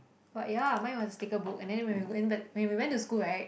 but ya mine was a sticker book and then when we went back when we went to school right